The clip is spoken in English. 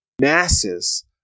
masses